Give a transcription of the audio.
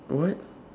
what